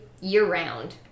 year-round